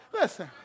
Listen